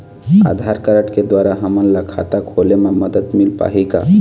आधार card के द्वारा हमन ला खाता खोले म मदद मिल पाही का?